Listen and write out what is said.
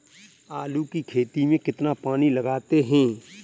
आलू की खेती में कितना पानी लगाते हैं?